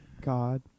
god